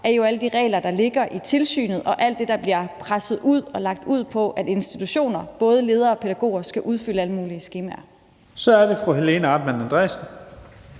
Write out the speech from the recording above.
er jo alle de regler, der ligger i tilsynet, og alt det, der bliver presset ud og lagt ud om, at institutioner, både ledere og pædagoger, skal udfylde alle mulige skemaer. Kl. 15:33 Første næstformand